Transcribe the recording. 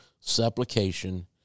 supplication